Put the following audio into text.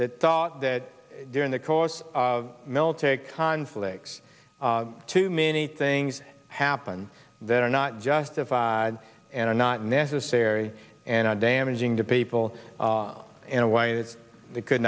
that thought that during the course of military conflicts too many things happen that are not justified and are not necessary and are damaging to people in a way that they could